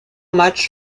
matchs